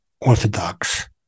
Orthodox